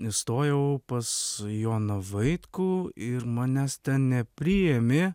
įstojau pas joną vaitkų ir manęs nepriėmė